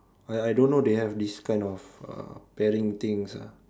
I I don't know they have this kind of uh pairings things ah